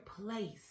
place